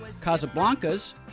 Casablancas